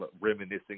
reminiscing